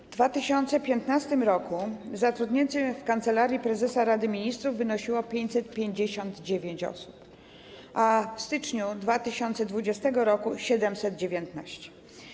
W 2015 r. zatrudnienie w Kancelarii Prezesa Rady Ministrów wynosiło 559 osób, a w styczniu 2020 r. - 719.